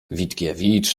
witkiewicz